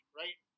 right